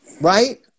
Right